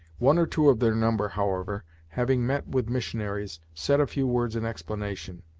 one or two of their number, however, having met with missionaries, said a few words in explanation,